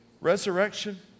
Resurrection